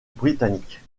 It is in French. britannique